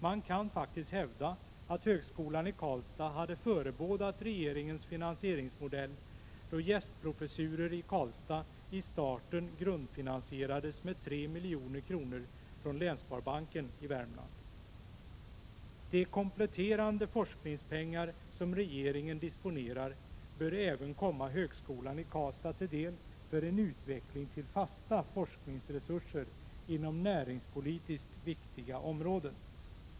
Man kan faktiskt hävda att högskolan i Karlstad hade förebådat regeringens finansieringsmodell, då gästprofessurer i Karlstad vid starten grundfinansierades med 3 miljoner från Länssparbanken i Värmland. De kompletterande forskningspengar som regeringen disponerar bör även komma högskolan i Karlstad till del för en utveckling till fasta forskningsresurser inom näringspolitiskt viktiga områden.